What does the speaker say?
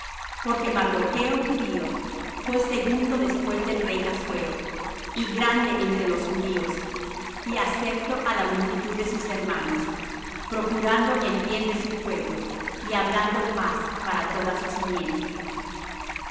porque mardocho judío fué segundo después del rey assuero y grande entre los judíos y acepto á la multitud de sus hermanos procurando el bien de su pueblo y hablando paz para toda su simiente